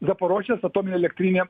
zaporožės atominė elektrinė